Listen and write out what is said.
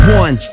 one